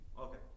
Okay